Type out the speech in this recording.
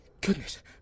Goodness